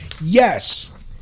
Yes